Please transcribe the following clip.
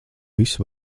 visu